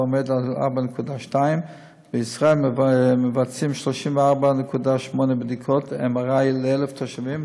ועומד על 4.2. בישראל מבצעים 34.8 בדיקות MRI ל-1,000 תושבים,